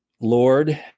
lord